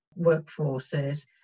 workforces